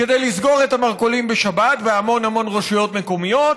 כדי לסגור את המרכולים בשבת בהמון המון רשויות מקומיות